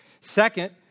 Second